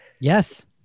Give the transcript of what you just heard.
yes